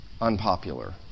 unpopular